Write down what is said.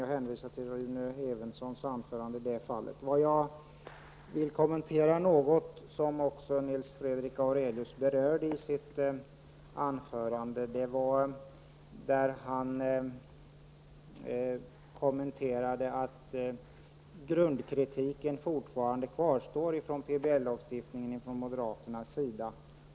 Jag hänvisar i det fallet till Rune Evenssons anförande. Däremot vill jag kommentera något som Nils Fredrik Aurelius berörde i sitt anförande. Han sade att grundkritiken över PBL-lagstiftningen fortfarande kvarstår från moderaternas sida.